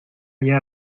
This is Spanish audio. allá